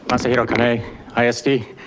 and sejiro canay iaski.